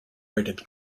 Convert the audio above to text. rated